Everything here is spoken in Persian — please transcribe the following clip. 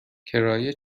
کرایه